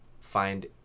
find